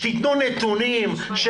שתיתנו נתונים,